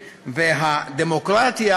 והדמוקרטיה,